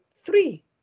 three